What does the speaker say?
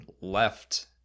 left